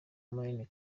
munini